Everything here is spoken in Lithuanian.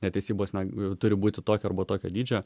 netesybos na turi būti tokio arba tokio dydžio